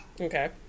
okay